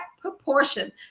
proportion